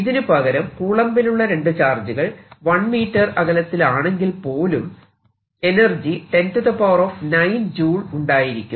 ഇതിനു പകരം കൂളംബിലുള്ള രണ്ടു ചാർജുകൾ 1m അകലത്തിൽ ആണെങ്കിൽ പോലും എനർജി 109 J ഉണ്ടായിരിക്കും